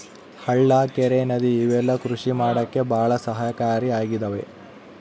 ಹಳ್ಳ ಕೆರೆ ನದಿ ಇವೆಲ್ಲ ಕೃಷಿ ಮಾಡಕ್ಕೆ ಭಾಳ ಸಹಾಯಕಾರಿ ಆಗಿದವೆ